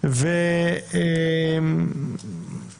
הנשקפת מהמחוסנים למערכת נמוכה משמעותית ממי שלא